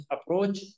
approach